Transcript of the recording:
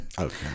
Okay